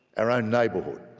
our own neighbourhood.